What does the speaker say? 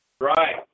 Right